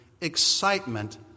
excitement